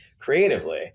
Creatively